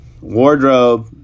wardrobe